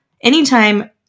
Anytime